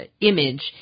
image